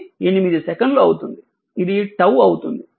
ఇది 8 సెకన్లు అవుతుంది ఇది 𝜏 అవుతుంది